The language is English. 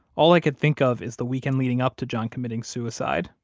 all i could think of is the weekend leading up to john committing suicide,